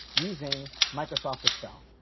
using microsoft excel,